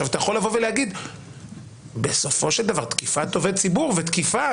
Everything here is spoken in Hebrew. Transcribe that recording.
אתה יכול לבוא ולהגיד שבסופו של דבר תקיפת עובד ציבור ותקיפה,